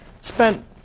spent